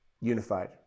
unified